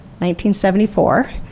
1974